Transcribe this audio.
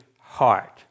heart